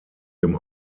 dem